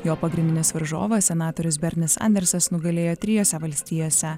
jo pagrindinis varžovas senatorius bernis sandersas nugalėjo trijose valstijose